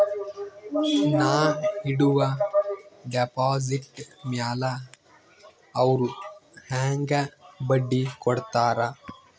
ನಾ ಇಡುವ ಡೆಪಾಜಿಟ್ ಮ್ಯಾಲ ಅವ್ರು ಹೆಂಗ ಬಡ್ಡಿ ಕೊಡುತ್ತಾರ?